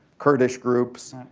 kurdish groups.